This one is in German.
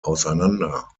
auseinander